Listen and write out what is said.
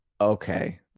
Okay